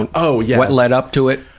and oh, yeah. what led up to it.